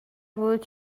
بود